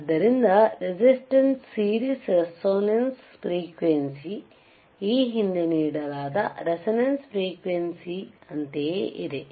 ಆದ್ದರಿಂದ resistance series resonance frequency ಈ ಹಿಂದೆ ನೀಡಲಾದ ರೇಸೋನೆನ್ಸ್ ಫ್ರೀಕ್ವೆಂಸಿ ಅಂತೆಯೇ ಇದೆ